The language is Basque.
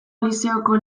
lizeoko